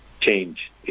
change